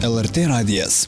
lrt radijas